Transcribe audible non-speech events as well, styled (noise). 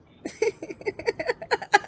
(laughs)